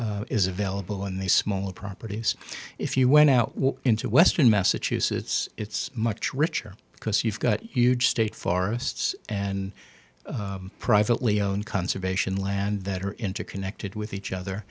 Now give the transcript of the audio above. is available in the smaller properties if you went out into western massachusetts it's much richer because you've got huge state forests and privately owned conservation land that are interconnected with each other